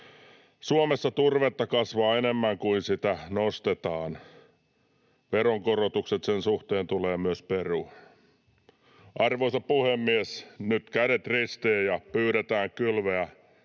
Suomessa turvetta kasvaa enemmän kuin sitä nostetaan. Myös veronkorotukset sen suhteen tulee perua. Arvoisa puhemies! Nyt kädet ristiin ja pyydetään kylmää